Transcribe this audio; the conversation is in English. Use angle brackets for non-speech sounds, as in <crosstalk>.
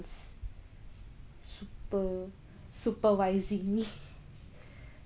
super supervising me <laughs>